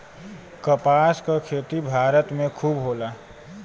कपास क खेती भारत में खूब होला